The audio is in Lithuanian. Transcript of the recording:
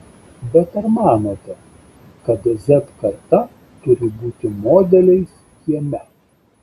bet ar manote kad z karta turi būti modeliais kieme